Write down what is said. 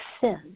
sin